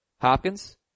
Hopkins